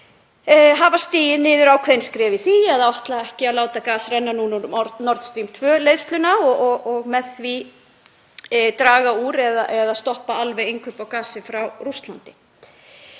hafa stigið ákveðin skref í því að ætla ekki að láta gas renna núna um Nord Stream 2 leiðsluna og með því draga úr eða stoppa alveg innkaup á gasi frá Rússlandi.